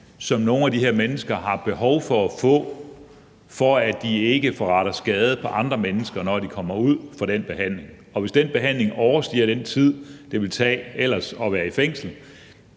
som nogle af de her mennesker har behov for at få, for at de ikke forretter skade på andre mennesker, når de kommer ud fra den behandling. Og hvis den behandling overstiger den tid, det ville tage ellers at være i fængsel,